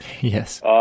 Yes